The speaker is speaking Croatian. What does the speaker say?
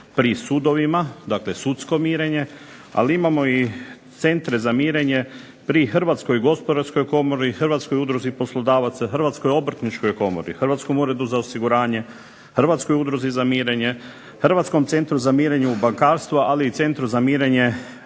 pri sudovima, dakle sudsko mirenje, ali imamo centre za mirenje pri Hrvatskoj gospodarskoj komori, Hrvatskoj udruzi poslodavaca, Hrvatskoj obrtničkoj komori, Hrvatskom uredu za osiguranje, Hrvatskoj udruzi za mirenje, HRvatskom centru za mirenje u bankarstvu, ali i centru za mirenje